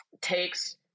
takes